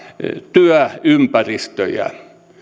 työympäristöjä